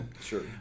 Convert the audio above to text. Sure